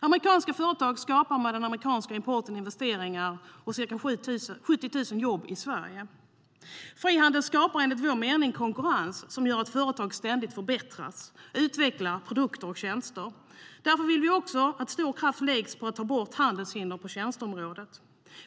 Amerikanska företag skapar med den amerikanska importen investeringar och ca 70 000 jobb i Sverige.Frihandel skapar enligt vår mening konkurrens som gör att företag ständigt förbättras och utvecklar produkter och tjänster. Därför vill vi att stor kraft ska läggas på att ta bort handelshinder även på tjänsteområdet.